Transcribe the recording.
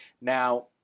Now